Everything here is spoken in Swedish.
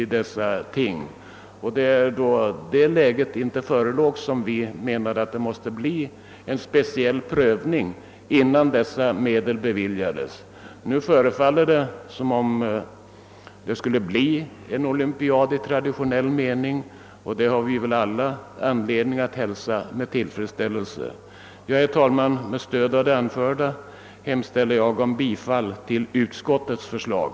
Då detta läge inte var för handen, ansåg vi att en speciell prövning måste föregå ett beviljande av medel. Det förefaller nu som om det skulle bli en olympiad i traditionell mening. Vi har alla anledning att hälsa detta med tillfredsställelse. Herr talman! Med stöd av det anförda hemställer jag om bifall till utskottets förslag.